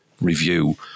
review